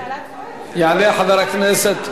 יעלה חבר הכנסת